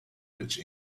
which